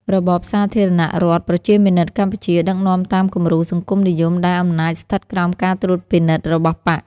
របបសាធារណរដ្ឋប្រជាមានិតកម្ពុជា ដឹកនាំតាមគំរូសង្គមនិយមដែលអំណាចស្ថិតក្រោមការត្រួតពិនិត្យរបស់បក្ស។